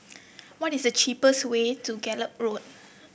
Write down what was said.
what is the cheapest way to Gallop Road